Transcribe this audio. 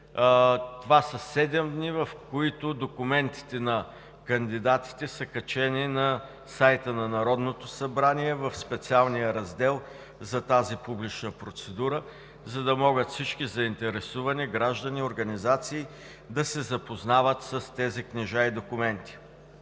Това са седем дни, в които документите на кандидатите са качени на сайта на Народното събрание в специалния раздел за тази публична процедура, за да могат всички заинтересовани граждани и организации да се запознават с тези книжа и документи.